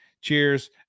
Cheers